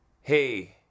hey